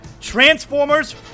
Transformers